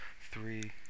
three